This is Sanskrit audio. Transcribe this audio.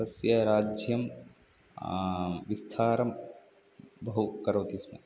तस्य राज्यं विस्तारं बहु करोति स्म